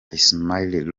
ismaël